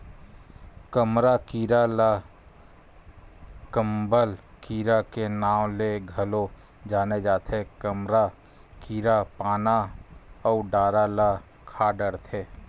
कमरा कीरा ल कंबल कीरा के नांव ले घलो जाने जाथे, कमरा कीरा पाना अउ डारा ल खा डरथे